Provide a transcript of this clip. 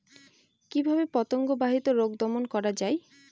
কিভাবে পতঙ্গ বাহিত রোগ দমন করা যায়?